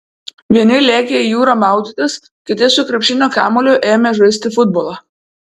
vieni lėkė į jūrą maudytis kiti su krepšinio kamuoliu ėmė žaisti futbolą